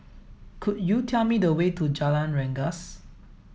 could you tell me the way to Jalan Rengas